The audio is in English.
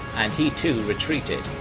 and he too retreated,